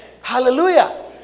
Hallelujah